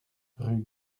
rue